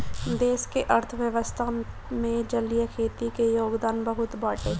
देश के अर्थव्यवस्था में जलीय खेती के योगदान बहुते बाटे